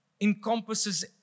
encompasses